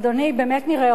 אדוני, באמת נראה אתכם.